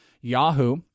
Yahoo